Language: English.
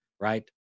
right